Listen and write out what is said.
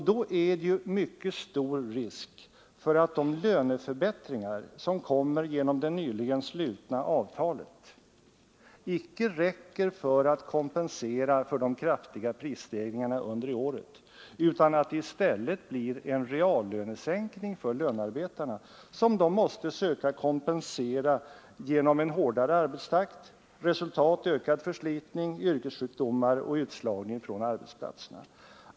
Då är det mycket stor risk för att de löneförbättringar som kommer genom det nyligen slutna avtalet icke räcker till att kompensera för de kraftiga prisstegringarna under året, utan att det i stället blir en reallönesänkning för lönarbetarna som de måste söka kompensera genom en hårdare arbetstakt. Resultat: ökad förslitning, yrkessjukdomar och utslagning från arbetsplatserna.